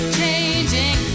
changing